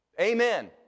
Amen